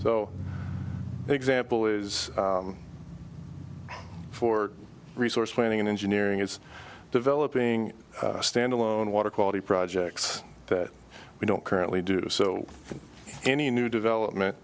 so example is for resource planning and engineering is developing standalone water quality projects that we don't currently do so any new development